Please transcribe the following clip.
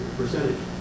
percentage